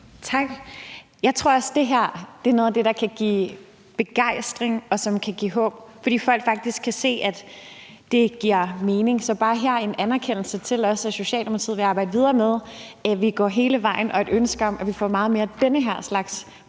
Tak. Jeg tror også, det her er noget af det, der kan give begejstring, og som kan give håb, fordi folk faktisk kan se, at det giver mening. Så det er bare en anerkendelse af, at Socialdemokratiet vil arbejde videre med, at vi går hele vejen, og et ønske om, at vi får meget mere af den her slags